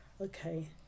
Okay